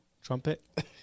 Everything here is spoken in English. trumpet